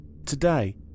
Today